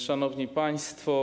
Szanowni Państwo!